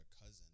cousin